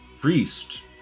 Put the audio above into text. Priest